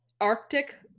Arctic